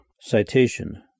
Citation